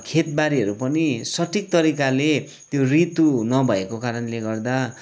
खेतबारीहरू पनि सठिक तरिकाले त्यो ऋतु नभएको कारणले गर्दा